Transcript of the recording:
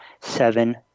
seven